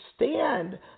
understand